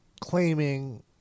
claiming